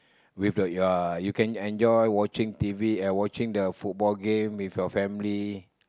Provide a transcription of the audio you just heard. with the you are you can enjoy watching t_v watching the football game with your family